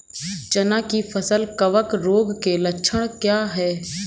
चना की फसल कवक रोग के लक्षण क्या है?